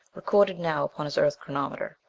recorded now upon his earth chronometer.